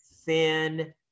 thin